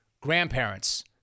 grandparents